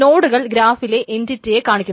നോടുകൾ ഗ്രാഫിലെ എൻറ്റിറ്റിയെ കാണിക്കുന്നു